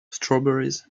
strawberries